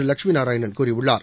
லட்சுமிநாராயணன் கூறியுள்ளார்